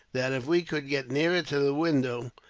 that if we could get nearer to the window,